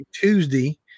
tuesday